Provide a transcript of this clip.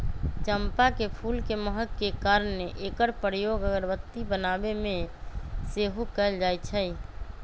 चंपा के फूल के महक के कारणे एकर प्रयोग अगरबत्ती बनाबे में सेहो कएल जाइ छइ